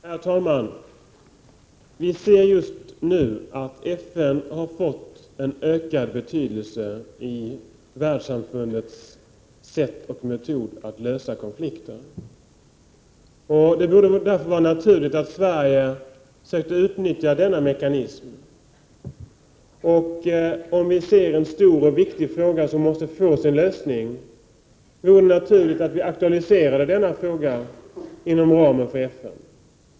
Herr talman! Vi ser just nu att FN har fått en ökad betydelse i 23 november 1988 världssamfundets sätt och metod att lösa konflikter. Det borde därför vara = Jodo oo om naturligt att Sverige försökte utnyttja denna mekanism. Om vi ser en stor och viktig fråga som måste få sin lösning, vore det naturligt att aktualisera denna fråga inom ramen för FN.